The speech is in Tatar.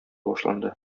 башланды